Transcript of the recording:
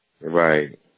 Right